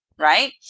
Right